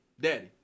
Daddy